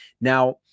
Now